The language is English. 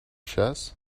chess